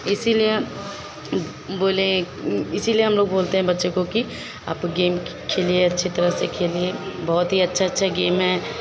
इसीलिए बोले इसीलिए हम लोग बोलते हैं बच्चे को कि आप गेम खेलिए अच्छी तरह से खेलिए बहुत ही अच्छा अच्छा गेम है